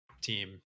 team